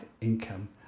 income